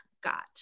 got